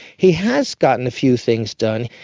he has gotten a few things done.